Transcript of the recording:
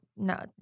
No